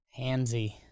Handsy